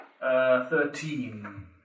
thirteen